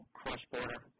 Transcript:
cross-border